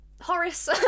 Horace